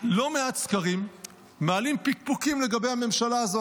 לא מעט סקרים מעלים פקפוקים לגבי הממשלה הזו,